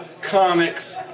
Comics